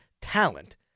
talent